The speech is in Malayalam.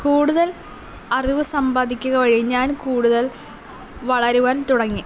കൂടുതൽ അറിവ് സമ്പാദിക്കുക വഴി ഞാൻ കൂടുതൽ വളരുവാൻ തുടങ്ങി